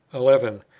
eleven.